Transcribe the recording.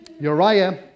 Uriah